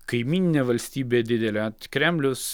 kaimyninė valstybė didelė kremlius